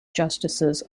justices